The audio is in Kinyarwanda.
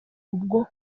ubwo